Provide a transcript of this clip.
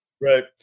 Right